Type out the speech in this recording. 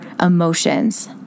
emotions